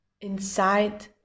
inside